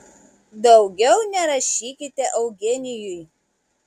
daugiau nerašykite eugenijui